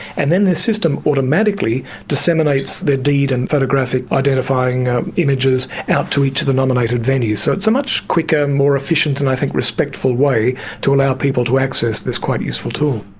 and then the system automatically disseminates their deed and photographic identifying images out to each of the nominated venues. so it's a much quicker, more efficient and i think respectful way to allow people to access this quite useful tool.